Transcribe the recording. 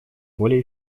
более